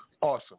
Awesome